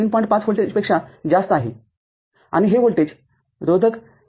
५ व्होल्टपेक्षा जास्त आहे आणि हे व्होल्टेज रोधक या ३